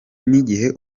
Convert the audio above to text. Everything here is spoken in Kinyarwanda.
n’igihe